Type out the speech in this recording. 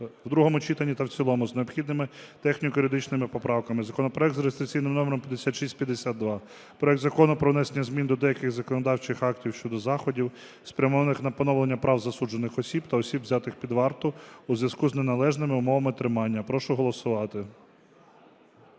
в другому читанні та в цілому з необхідними техніко-юридичними поправками законопроект за реєстраційним номером 5652: проект Закону про внесення змін до деяких законодавчих актів щодо заходів, спрямованих на поновлення прав засуджених осіб та осіб, взятих під варту, у зв'язку з неналежними умовами тримання. Прошу голосувати.